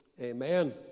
Amen